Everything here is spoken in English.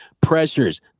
pressures